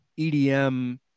EDM